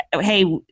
hey